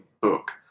book